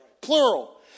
plural